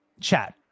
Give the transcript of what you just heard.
chat